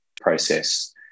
process